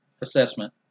assessment